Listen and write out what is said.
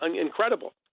incredible